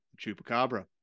Chupacabra